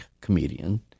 comedian